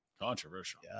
controversial